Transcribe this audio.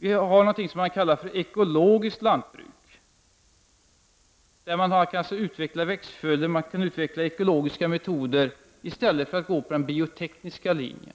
Vi har någonting som kallas ekologiskt lantbruk, där man kan utveckla växtfödor och ekologiska metoder i stället för att gå på den biotekniska linjen.